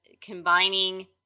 combining